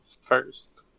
first